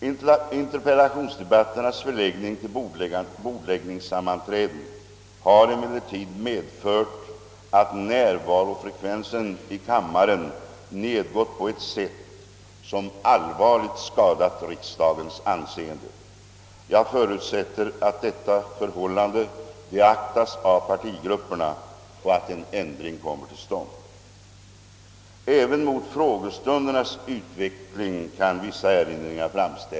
Interpellationsdebatternas förläggning till bordläggningssammanträden har emellertid medfört att närvarofrekvensen i kammaren nedgått på ett sätt som allvarligt skadat riksdagens anseende. Jag förutsätter att detta förhållande beaktas av partigrupperna och att en ändring kommer till stånd. Även mot frågestundernas utveckling kan vissa erinringar göras.